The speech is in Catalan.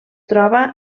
troba